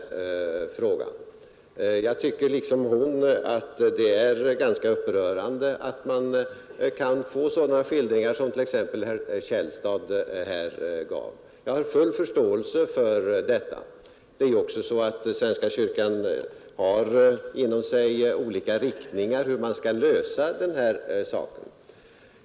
Liksom hon tycker jag att det är ganska upprörande att man kan få höra sådana skildringar som herr Källstad här gav. Det är riktigt att det inom svenska kyrkan finns olika riktningar och uppfattningar om hur man skall lösa denna fråga.